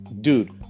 Dude